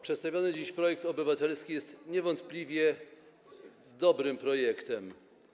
Przedstawiony dziś projekt obywatelski jest niewątpliwie dobrym projektem.